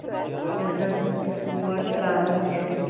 ییٚلہِ زَن أسۍ ووٚٹ تراوان چھِ